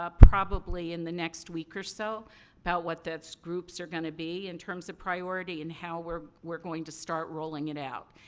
ah probably, in the next week or so about what those groups are going to be in terms of priority and how we're we're going to start rolling it out.